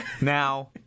Now